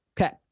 Okay